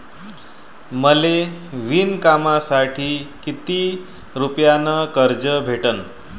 मले विणकामासाठी किती रुपयानं कर्ज भेटन?